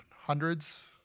hundreds